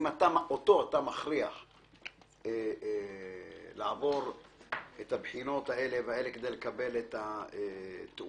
אם אותו אתה מכריח לעבור את הבחינות האלה והאלה כדי לקבל תעודה,